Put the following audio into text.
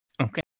okay